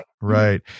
Right